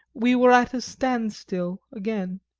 we were at a standstill again.